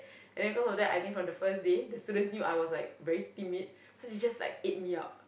and then cause of that I think from the first day the students knew I was like very timid so they just like ate me up